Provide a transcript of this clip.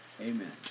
Amen